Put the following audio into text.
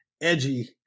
edgy